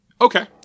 Okay